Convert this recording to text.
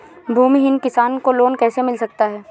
भूमिहीन किसान को लोन कैसे मिल सकता है?